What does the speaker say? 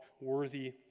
worthy